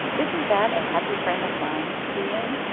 isn't that a happy frame of mind to be in?